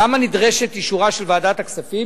למה נדרש אישורה של ועדת הכספים?